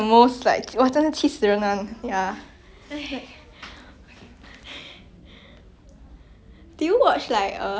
did you watch like uh how to say other than dramas like what other shows do you watch